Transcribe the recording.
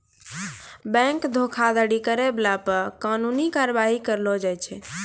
bank धोखाधड़ी करै बाला पे कानूनी कारबाइ करलो जाय छै